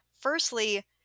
firstly